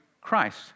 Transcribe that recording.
Christ